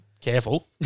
Careful